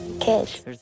kids